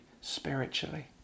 spiritually